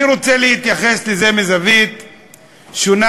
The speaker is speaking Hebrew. אני רוצה להתייחס לזה מזווית שונה.